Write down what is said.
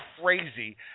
crazy